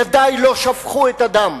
ידי לא שפכו את הדם.